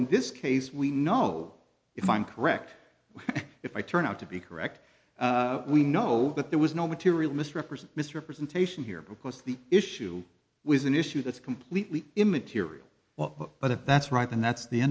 in this case we know if i'm correct if i turn out to be correct we know that there was no material misrepresent misrepresentation here because the issue was an issue that's completely immaterial what but that's right and that's the